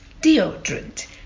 deodorant